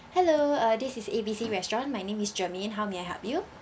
hello uh this is A B C restaurants my name is germaine how may I help you